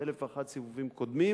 באלף ואחד סיבובים קודמים